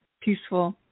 peaceful